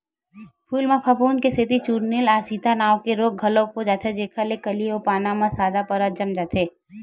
फूल म फफूंद के सेती चूर्निल आसिता नांव के रोग घलोक होथे जेखर ले कली अउ पाना म सादा परत जम जाथे